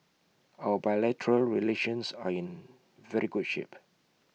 our relations are in very good shape